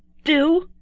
do!